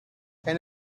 and